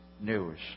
news